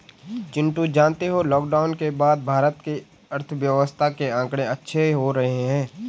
चिंटू जानते हो लॉकडाउन के बाद भारत के अर्थव्यवस्था के आंकड़े अच्छे हो रहे हैं